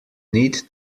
need